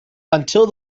until